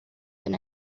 been